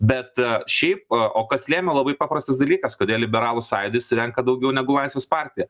bet šiaip o kas lėmė labai paprastas dalykas kodėl liberalų sąjūdis renka daugiau negu laisvės partija